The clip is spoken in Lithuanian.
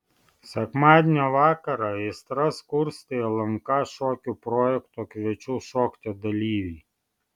sekmadienio vakarą aistras kurstė lnk šokių projekto kviečiu šokti dalyviai